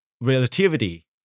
relativity